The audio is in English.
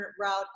route